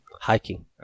Hiking